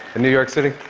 new york city?